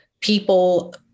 People